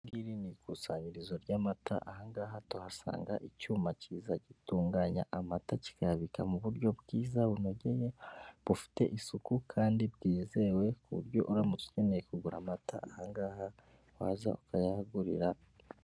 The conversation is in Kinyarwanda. Iri ngiri ni ikusanyirizo ry'amata, aha tuhasanga icyuma cyiza gitunganya amata, kikabika mu buryo bwiza bunogeye, bufite isuku kandi bwizewe ku buryo uramutse ukeneye kugura amata aha ngaha waza ukayaguriraho.